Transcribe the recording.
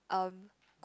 um